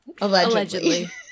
Allegedly